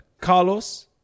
Carlos